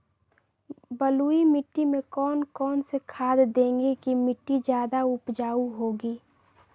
बलुई मिट्टी में कौन कौन से खाद देगें की मिट्टी ज्यादा उपजाऊ होगी?